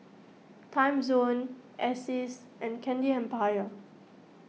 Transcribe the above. Timezone Asics and Candy Empire